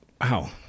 wow